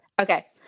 Okay